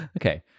Okay